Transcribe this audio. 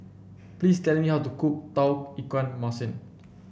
please tell me how to cook Tauge Ikan Masin